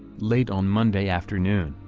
late on monday afternoon,